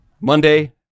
Monday